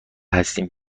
هستیم